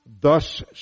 thus